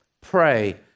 pray